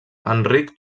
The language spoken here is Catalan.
enric